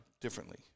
differently